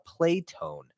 Playtone